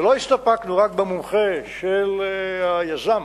ולא הסתפקנו רק במומחה של היזם.